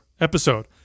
episode